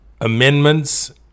amendments